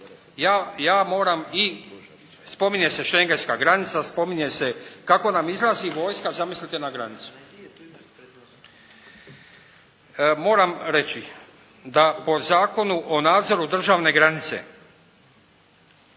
Ja moram i spominje se šengejska granica, spominje se kako nam izlazi vojska zamislite na granicu. Moram reći da po Zakonu o nadzoru državne granice